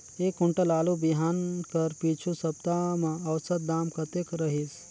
एक कुंटल आलू बिहान कर पिछू सप्ता म औसत दाम कतेक रहिस?